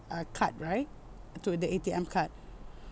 uh card right to the A_T_M card